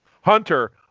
Hunter